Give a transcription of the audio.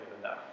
enough